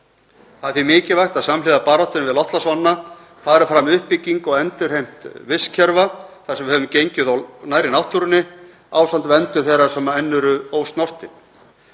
Það er því mikilvægt að samhliða baráttunni við loftslagsvána fari fram uppbygging og endurheimt vistkerfa þar sem við höfum gengið of nærri náttúrunni, ásamt verndun þeirra sem enn eru ósnortin.